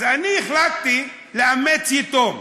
אז אני החלטתי לאמץ יתום,